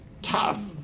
Tough